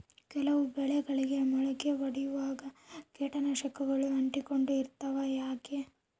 ಕೆಲವು ಬೆಳೆಗಳಿಗೆ ಮೊಳಕೆ ಒಡಿಯುವಾಗ ಕೇಟನಾಶಕಗಳು ಅಂಟಿಕೊಂಡು ಇರ್ತವ ಯಾಕೆ?